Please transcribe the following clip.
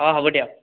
অঁ হ'ব দিয়ক